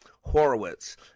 Horowitz